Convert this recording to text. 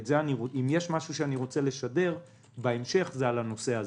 אם יש משהו שאני רוצה לשדר בהמשך זה הנושא הזה.